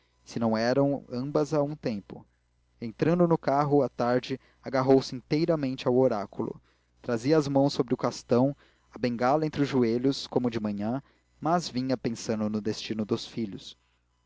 se não eram ambas a um tempo entrando no carro à tarde agarrou-se inteiramente ao oráculo trazia as mãos sobre o castão a bengala entre os joelhos como de manhã mas vinha pensando no destino dos filhos